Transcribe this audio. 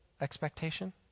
expectation